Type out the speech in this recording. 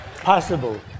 Possible